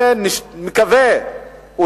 ונקווה שנאמץ,